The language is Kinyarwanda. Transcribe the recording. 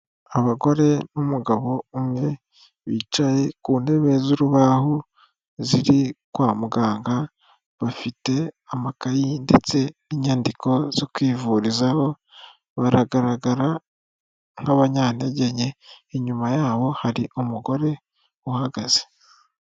Abagore n'umugabo umwe bicaye ku ntebe z'urubaho ziri kwa muganga, bafite amakayi ndetse n'inyandiko zo kwivurizaho, baragaragara nk'abanyantege nke. Inyuma yabo hari umugore uhagaze.